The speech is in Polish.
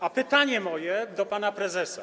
I pytanie moje do pana prezesa.